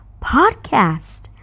Podcast